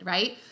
Right